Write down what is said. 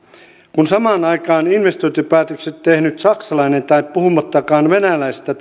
kun samaan aikaan investointipäätökset tehnyt saksalainen tehtailija puhumattakaan venäläisestä